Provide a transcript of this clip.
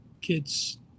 kids